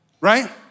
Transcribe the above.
Right